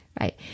right